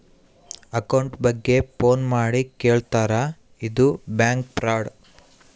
account ಬಗ್ಗೆ phone ಮಾಡಿ ಕೇಳ್ತಾರಾ ಇದು ಬ್ಯಾಂಕ್ ಫ್ರಾಡ್